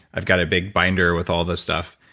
i've got a big binder with all the stuff.